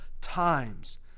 times